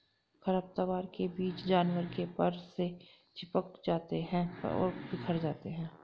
खरपतवार के बीज जानवर के फर से चिपक जाते हैं और बिखर जाते हैं